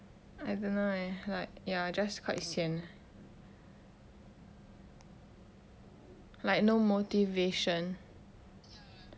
I don't know leh like just quite sian like no motivation